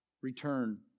return